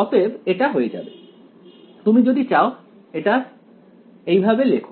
অতএব এটা হয়ে যাবে তুমি যদি চাও এটা লিখ